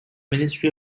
ministry